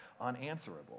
unanswerable